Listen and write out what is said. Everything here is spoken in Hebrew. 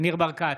ניר ברקת,